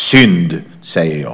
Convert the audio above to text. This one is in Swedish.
Synd, säger jag.